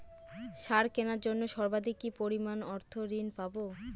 সার কেনার জন্য সর্বাধিক কি পরিমাণ অর্থ ঋণ পাব?